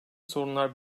sorunlar